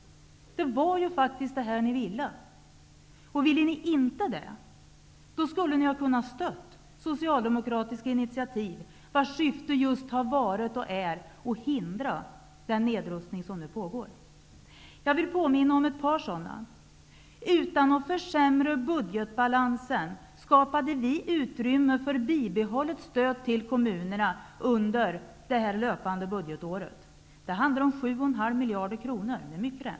Det var ju fak tiskt det här som de ville. Om de inte ville det, skulle de ha kunnat stödja socialdemokratiska ini tiativ, vilkas syfte just har varit varit och är att hindra den nedrustning som nu pågår. Jag vill påminna om ett par sådana. Utan att försämra budgetbalansen, skapade vi utrymme för bibehållet stöd till kommunerna under detta löpande budgetår. Det handlar om 7,5 miljarder kronor.